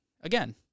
Again